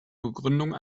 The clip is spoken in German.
begründung